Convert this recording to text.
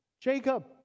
Jacob